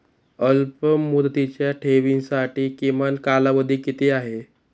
अल्पमुदतीच्या ठेवींसाठी किमान कालावधी किती आहे?